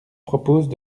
proposent